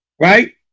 right